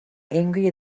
angry